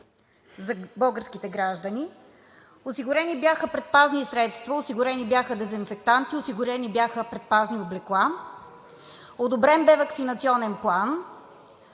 за българските граждани. Осигурени бяха предпазни средства, осигурени бяха дезинфектанти, осигурени бяха предпазни облекла, одобрен бе Ваксинационен план.